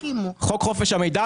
חוק חופש המידע,